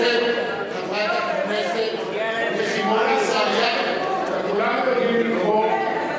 שחברים אחרים, חברת הכנסת, חברת הכנסת יחימוביץ.